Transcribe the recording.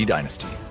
Dynasty